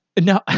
No